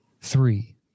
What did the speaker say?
three